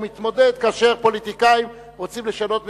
הוא מתמודד כאשר פוליטיקאים רוצים לשנות,